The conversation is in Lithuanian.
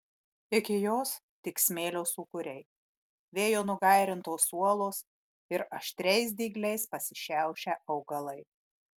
iki jos tik smėlio sūkuriai vėjo nugairintos uolos ir aštriais dygliais pasišiaušę augalai